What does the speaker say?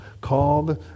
Called